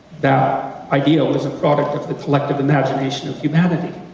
that ideal is a product of the collective imagination of humanity,